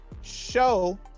show